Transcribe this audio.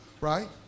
Right